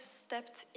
stepped